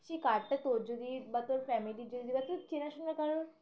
সেই কার্ডটা তোর যদি বা তোর ফ্যামিলির যদি বা তোর চেনাশোনা কারোর